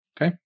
Okay